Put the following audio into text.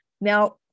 Now